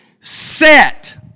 set